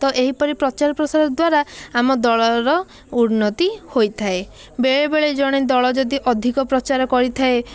ତ ଏହି ପରି ପ୍ରଚାର ପ୍ରସାର ଦ୍ୱାରା ଆମ ଦଳର ଉନ୍ନତି ହୋଇଥାଏ ବେଳେବେଳେ ଜଣେ ଦଳ ଯଦି ଅଧିକ ପ୍ରଚାର କରିଥାଏ